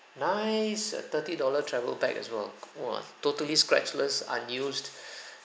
nice uh thirty dollar travel bag as well !whoa! totally scratchless unused